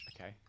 Okay